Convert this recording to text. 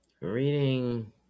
reading